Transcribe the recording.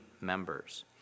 members